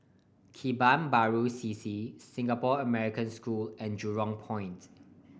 Kebun Baru C C Singapore American School and Jurong Point